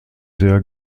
sehr